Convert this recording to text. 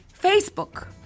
Facebook